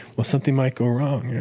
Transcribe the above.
well, something might go wrong.